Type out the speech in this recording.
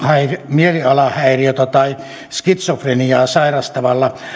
mielialahäiriötä tai skitsofreniaa sairastavalla